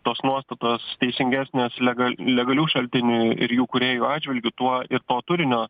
tos nuostatos teisingesnės legal legalių šaltinių ir jų kūrėjų atžvilgiu tuo ir to turinio